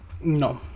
No